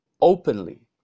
openly